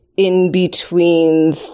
in-between